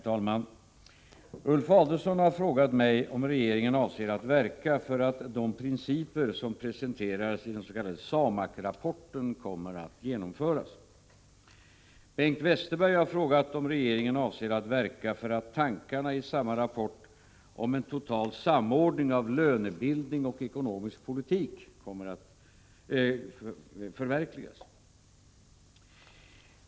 Herr talman! Ulf Adelsohn har frågat mig om regeringen avser att verka för att de principer som presenterades i den s.k. SAMAK-rapporten kommer att genomföras. Bengt Westerberg har frågat om regeringen avser att verka för att tankarna i samma rapport om en total samordning av lönebildning och ekonomisk politik förverkligas.